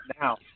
now